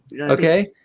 Okay